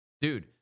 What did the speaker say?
Dude